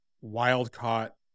wild-caught